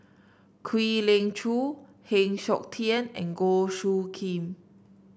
Kwek Leng Joo Heng Siok Tian and Goh Soo Khim